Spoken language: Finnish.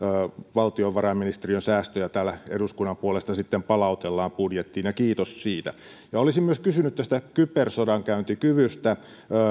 valtiovarainministeriön säästöjä eduskunnan puolesta sitten palautellaan budjettiin kiitos siitä olisin myös kysynyt kybersodankäyntikyvystä